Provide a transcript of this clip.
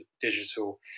digital